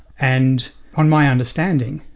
and on my understanding,